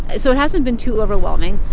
so it hasn't been too overwhelming.